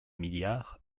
milliard